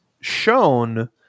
shown